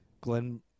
Glenn